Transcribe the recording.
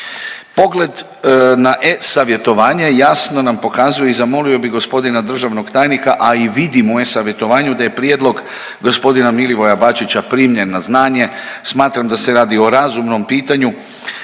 Pogled na e-savjetovanje jasno nam pokazuje i zamolio bih gospodina državnog tajnika, a i vidimo u e-savjetovanju da je prijedlog gospodina Milivoja Bačića primljen na znanje. Smatram da se radi o razumnom pitanju